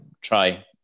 try